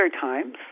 times